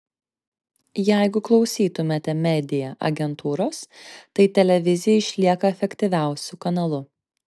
jeigu klausytumėte media agentūros tai televizija išlieka efektyviausiu kanalu